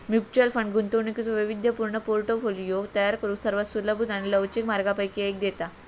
mutual fund गुंतवणुकीचो वैविध्यपूर्ण portfolio तयार करुक सर्वात सुलभ आणि लवचिक मार्गांपैकी एक देता